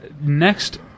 next